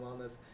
wellness